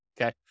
okay